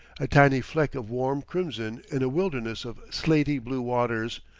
a tiny fleck of warm crimson in a wilderness of slatey-blue waters,